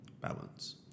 Balance